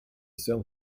sell